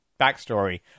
backstory